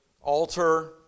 altar